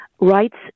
rights